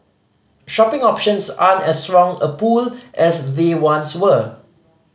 shopping options aren't as strong a pull as they once were